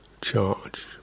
charge